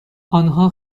آنها